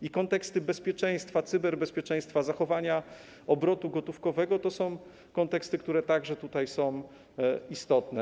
I konteksty bezpieczeństwa, cyberbezpieczeństwa, zachowania obrotu gotówkowego to są konteksty, które także tutaj są istotne.